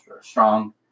strong